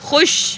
خوش